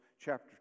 chapter